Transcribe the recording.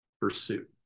pursuit